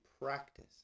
practice